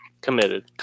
Committed